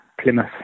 Plymouth